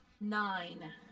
Nine